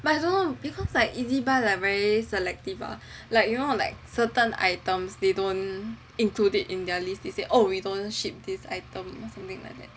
but I don't know because like Ezbuy like very like selective ah like you know like certain items they don't include it in their list they say oh we don't ship this item or something like that